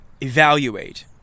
Evaluate